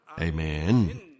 Amen